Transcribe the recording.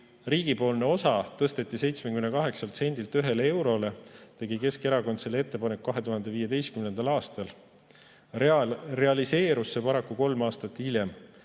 riigipoolne osa tõsteti 78 sendilt ühele eurole, oli Keskerakond selle ettepaneku teinud [juba] 2015. aastal. Realiseerus see paraku kolm aastat hiljem.